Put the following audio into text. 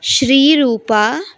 Sriroopa